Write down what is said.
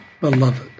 beloved